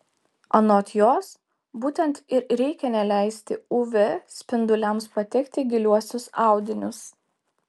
anot jos būtent ir reikia neleisti uv spinduliams patekti į giliuosius audinius